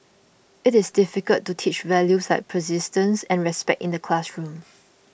it is difficult to teach values like persistence and respect in the classroom